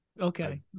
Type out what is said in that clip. Okay